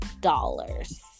dollars